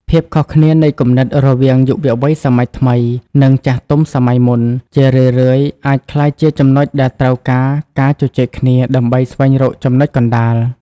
ភាពខុសគ្នានៃគំនិតរវាងយុវវ័យសម័យថ្មី និងចាស់ទុំសម័យមុន ជារឿយៗអាចក្លាយជាចំណុចដែលត្រូវការការជជែកគ្នាដើម្បីស្វែងរកចំណុចកណ្ដាល។